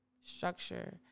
structure